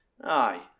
Aye